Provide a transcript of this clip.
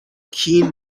keen